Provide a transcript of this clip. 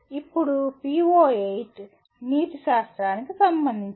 ఇప్పుడు PO8 నీతిశాస్త్రానికి సంబంధించినది